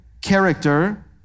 character